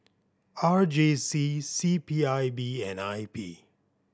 R J C C P I B and I P